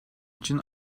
için